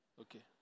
Okay